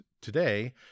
today